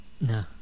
No